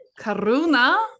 karuna